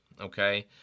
okay